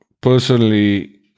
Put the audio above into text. personally